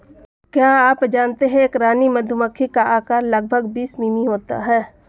क्या आप जानते है एक रानी मधुमक्खी का आकार लगभग बीस मिमी होता है?